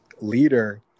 leader